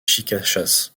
chicachas